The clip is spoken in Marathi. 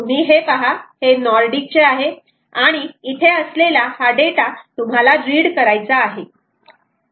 तुम्ही हे पहा हे नॉर्डिक चे आहे आणि इथे असलेला हा डेटा तुम्हाला रीड करायचा आहे